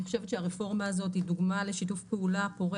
אני חושבת שהרפורמה הזאת היא דוגמה לשיתוף פעולה פורה